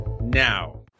now